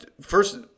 first